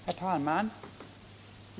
Herr talman!